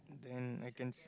then I can